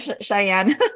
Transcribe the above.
Cheyenne